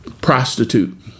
prostitute